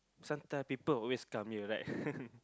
sometime people always come here right